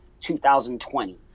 2020